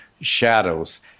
shadows